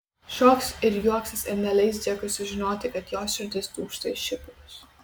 šoks ir juoksis ir neleis džekui sužinoti kad jos širdis dūžta į šipulius